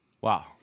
Wow